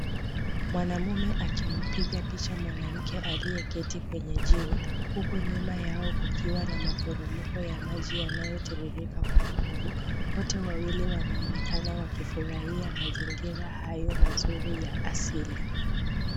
Mwanamume akimpiga picha mwanamke aliyeketi kwenye jiwe huku nyuma yao kukiwa na maporomoko ya maji yanayotiririka kwa nguvu. Wote wawili wanaonekana wakifurahia mazingira hayo mazuri ya asili.